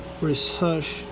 research